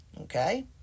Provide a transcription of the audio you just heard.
Okay